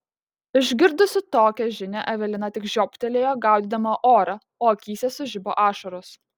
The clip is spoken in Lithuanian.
išgirdusi tokią žinią evelina tik žioptelėjo gaudydama orą o akyse sužibo ašaros